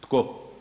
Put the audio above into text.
Tko?